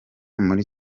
muri